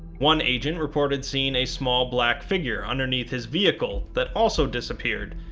one agent reported seeing a small black figure underneath his vehicle that also disappeared,